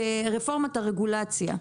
לשם רפורמת הרגולציה.